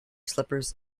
slippers